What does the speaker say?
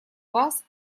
вас